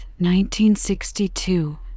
1962